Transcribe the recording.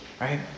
Right